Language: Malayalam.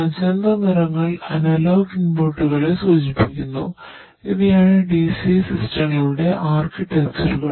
മജന്ത നിറങ്ങൾ അനലോഗ് ഇൻപുട്ടുകളെ സൂചിപ്പിക്കുന്നു ഇവയാണ് ഡിസിഎ സിസ്റ്റങ്ങളുടെ ആർക്കിടെക്ചറുകൾ